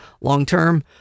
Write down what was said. long-term